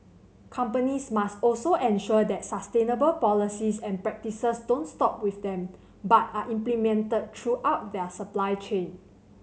companies must also ensure that sustainable policies and practices don't stop with them but are implemented throughout their supply chain